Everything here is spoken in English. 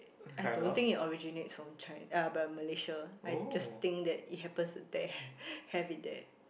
I don't think it originates from Chi~ uh Malaysia I just think that it happens there have it there